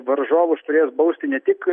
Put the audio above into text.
varžovus turės bausti ne tik